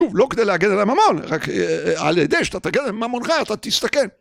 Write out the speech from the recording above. לא כדי להגן על הממון